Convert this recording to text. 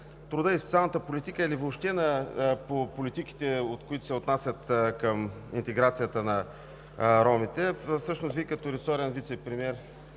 труда и социалната политика или въобще на политиките, които се отнасят към интеграцията на ромите. Всъщност Вие като ресорен вицепремиер